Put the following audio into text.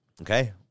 Okay